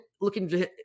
looking –